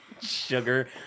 sugar